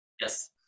Yes